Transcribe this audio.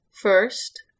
first